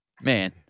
Man